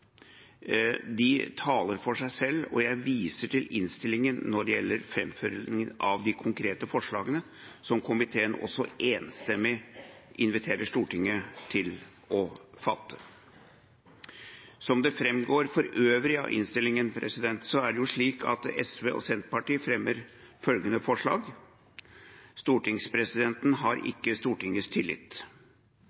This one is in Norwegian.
De taler for seg selv. Jeg viser til innstillingen når det gjelder framføringen av de konkrete forslagene til vedtak, som komiteen enstemmig inviterer Stortinget til å fatte. Som det for øvrig framgår av innstillingen, er det slik at SV og Senterpartiet fremmer følgende forslag: «Stortingspresidenten har